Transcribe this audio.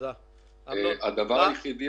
הדבר היחידי,